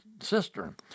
cistern